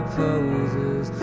poses